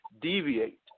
deviate